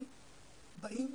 הם באים